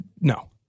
no